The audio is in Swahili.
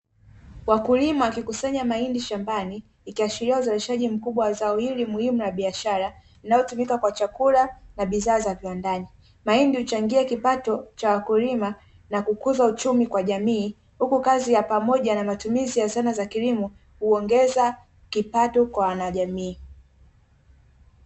Wakulima wakikusanya mahindi shambani, ikiashiria uzalishaji mkubwa wa zao hili muhimu la biashara, linalotumika kwa chakula na bidhaa za viwandani, mahindi huchangia kipato cha wakulima na kukuza uchumi kwa jamii, huku kazi ya pamoja na matumizi ya dhana za kilimo, huongeza kipato kwa wanajamii.